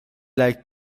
like